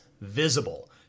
visible